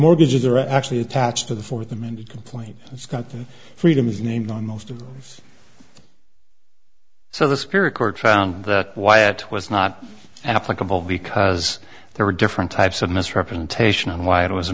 mortgages are actually attached to the for the many complaints it's got that freedom is named on most of those so the spirit court found that why it was not applicable because there were different types of misrepresentation on why it was a